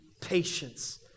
Patience